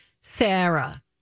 Sarah